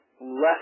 less